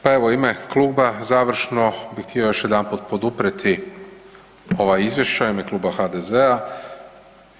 Pa evo, u ime kluba, završno bih htio još jedanput poduprijeti ova izvješća u ime Kluba HDZ-a.